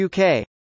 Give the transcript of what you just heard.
UK